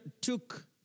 took